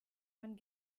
man